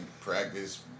practice